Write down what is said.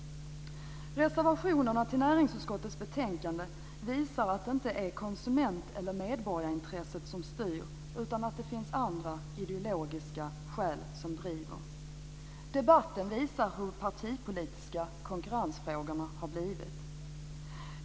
Reservationerna till näringsutskottets betänkande visar att det inte är konsument eller medborgarintresset som styr utan att det finns andra ideologiska skäl som driver på. Debatten visar hur partipolitiska konkurrensfrågorna har blivit.